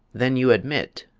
then you admit,